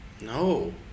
No